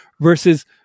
Versus